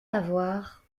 avoir